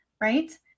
right